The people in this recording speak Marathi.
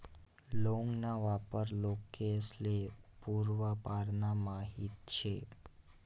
लौंग ना वापर लोकेस्ले पूर्वापारना माहित शे